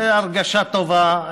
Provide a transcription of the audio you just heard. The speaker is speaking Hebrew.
זו הרגשה טובה,